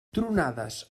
tronades